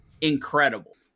incredible